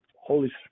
Holy